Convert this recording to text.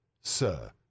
Sir